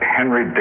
Henry